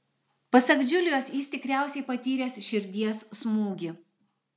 pasak džiulijos jis tikriausiai patyręs širdies smūgį